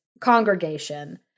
congregation